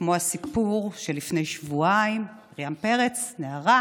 כמו הסיפור שלפני שבועיים, מרים פרץ, נערה